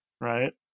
right